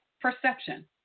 perception